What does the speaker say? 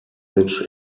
rich